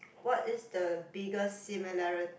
what is the biggest similari